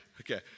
Okay